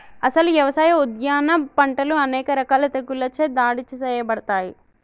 అసలు యవసాయ, ఉద్యాన పంటలు అనేక రకాల తెగుళ్ళచే దాడి సేయబడతాయి